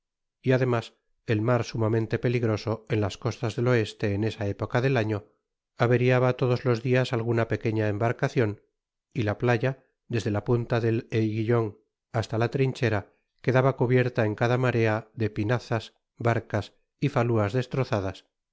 y además el mar sumamente peligroso en las costas del oeste en esa época del año averiaba todos los dias alguna peqneña embarcacion y la playa desde la punta del aiguilion hasta la trinchera qoedaba cubierta en cada marea de pinazas barcas y fainas destrozadas